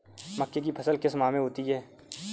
मक्के की फसल किस माह में होती है?